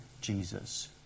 Jesus